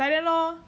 like that lor